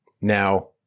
Now